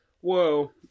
Whoa